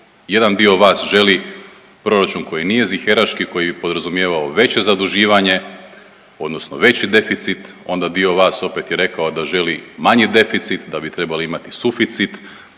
jedan dio vas želi proračun koji nije ziheraški koji podrazumijeva veće zaduživanje, odnosno veći deficit. Onda dio vas opet je rekao da želi manji deficit, da bi trebali imati suficit.